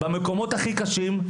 במקומות הכי קשים,